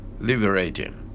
liberating